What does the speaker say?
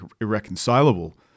irreconcilable